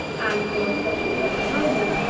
and more especially of the roman,